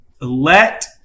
let